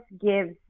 gives